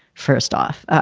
first off,